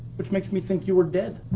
which makes me think you are dead,